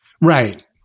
Right